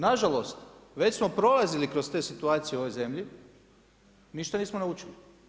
Nažalost, već smo prolazili kroz te situacije u ovoj zemlji, ništa nismo naučili.